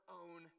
own